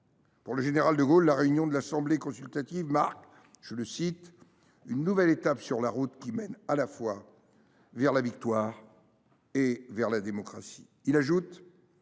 Pour le général de Gaulle, la réunion de l’assemblée consultative marquait « une nouvelle étape sur la route qui mène à la fois vers la victoire et vers la démocratie ».